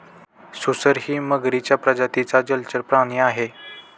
सुसरही मगरीच्या प्रजातीचा जलचर प्राणी आहे